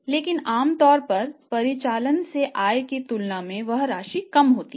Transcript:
लेकिन आमतौर पर परिचालन से आय की तुलना में वह राशि कम होती है